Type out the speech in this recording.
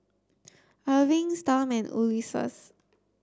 Erving Storm and Ulises